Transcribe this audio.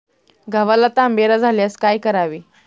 गव्हाला तांबेरा झाल्यास काय करावे?